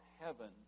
heaven